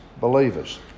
believers